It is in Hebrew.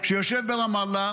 שיושב ברמאללה,